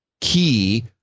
key